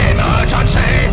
Emergency